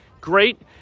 great